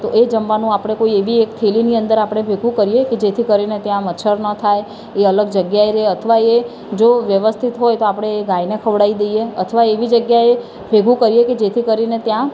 તો એ જમવાનું આપણે કોઈ એવી એક થેલીની અંદર આપણે ભેગું કરીએ કે જેથી કરીને ત્યાં મચ્છર ન થાય એ અલગ જગ્યાએ રહે અથવા એ જો વ્યવસ્થિત હોય તો આપણે એ ગાયને ખવડાવી દઈએ અથવા એવી જગ્યાએ ભેગું કરીએ કે જેથી કરીને ત્યાં